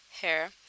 hair